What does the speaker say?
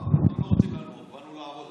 לא רוצים לנוח, באנו לעבוד.